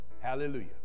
Hallelujah